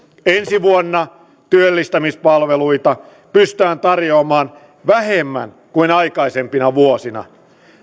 ensi vuonna työllistämispalveluita pystytään tarjoamaan vähemmän kuin aiempina vuosina